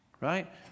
right